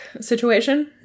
situation